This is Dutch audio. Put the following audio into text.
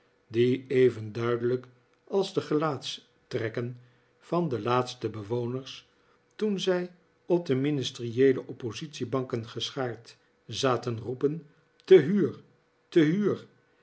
die even duidelijk als de gelaatstrekken van de laatste bewoners toen zij op de ministerieele en oppositiebanken geschaard zaten roepen te huur te huur